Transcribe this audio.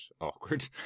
awkward